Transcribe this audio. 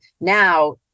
now